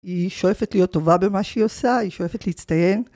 היא שואפת להיות טובה במה שהיא עושה, היא שואפת להצטיין.